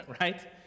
right